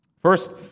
First